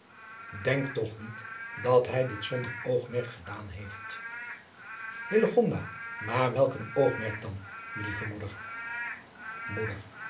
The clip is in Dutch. denk toch niet dat hij dit zonder oogmerk gedaan heeft hillegonda maar welk een oogmerk dan lieve moeder